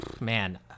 Man